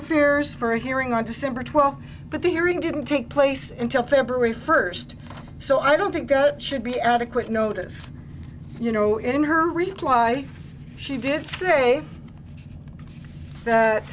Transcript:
affairs for a hearing on december twelfth but the hearing didn't take place in till february first so i don't think that it should be adequate notice you know in her reply she did say that